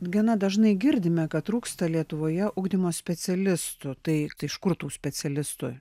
gana dažnai girdime kad trūksta lietuvoje ugdymo specialistų tai iš kur tų specialistų